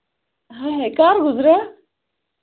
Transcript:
ہاے ہے کار گُزرے